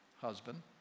husband